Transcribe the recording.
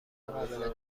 قابل